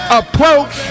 approach